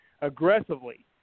aggressively